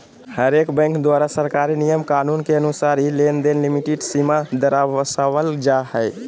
हरेक बैंक द्वारा सरकारी नियम कानून के अनुसार ही लेनदेन लिमिट सीमा दरसावल जा हय